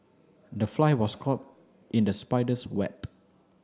the fly was caught in the spider's web